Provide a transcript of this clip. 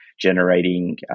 generating